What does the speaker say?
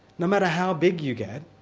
no matter how big you get,